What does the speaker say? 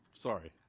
Sorry